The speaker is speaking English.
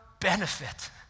benefit